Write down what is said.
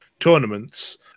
tournaments